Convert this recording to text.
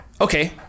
okay